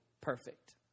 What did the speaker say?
perfect